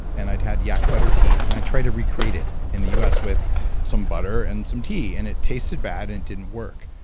and i'd had yak butter tea, and i tried to recreate it in the us with some butter and some tea, and it tasted bad and it didn't work.